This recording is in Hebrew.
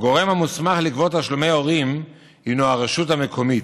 הגורם המוסמך לגבות תשלומי הורים הינו הרשות המקומית,